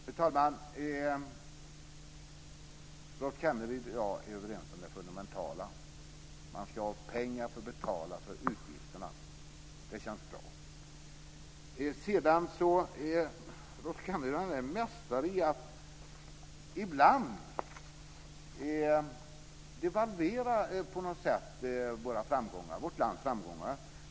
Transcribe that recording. Fru talman! Rolf Kenneryd och jag är överens om det fundamentala: man ska ha pengar för att kunna betala för utgifterna. Det känns bra. Rolf Kenneryd är en mästare i att på något sätt devalvera vårt lands framgångar.